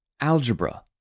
Algebra